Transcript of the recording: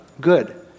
good